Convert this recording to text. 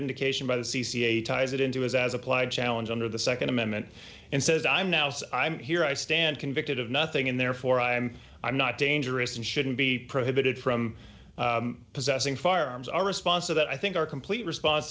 vindication by the c c a ties it into his as applied challenge under the nd amendment and says i'm now sir i'm here i stand convicted of nothing and therefore i'm i'm not dangerous and shouldn't be prohibited from possessing firearms our response to that i think our complete response